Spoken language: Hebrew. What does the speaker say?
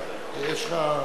לא תמיד אני מצליח.